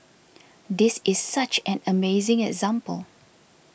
this is such an amazing example